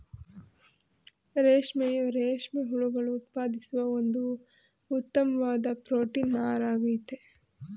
ರೇಷ್ಮೆಯು ರೇಷ್ಮೆ ಹುಳುಗಳು ಉತ್ಪಾದಿಸುವ ಒಂದು ಉತ್ತಮ್ವಾದ್ ಪ್ರೊಟೀನ್ ನಾರಾಗಯ್ತೆ